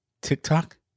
tiktok